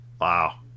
Wow